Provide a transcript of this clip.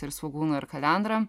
ir svogūnu ir kalendra